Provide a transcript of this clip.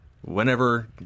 whenever